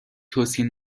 توصیه